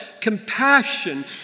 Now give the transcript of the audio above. compassion